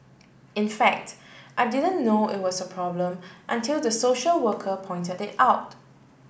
in fact I didn't know it was a problem until the social worker pointed it out